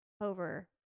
over